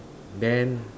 then